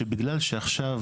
שבגלל שעכשיו,